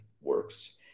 works